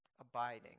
Abiding